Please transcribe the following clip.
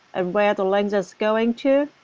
and where the link is going to?